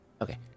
Okay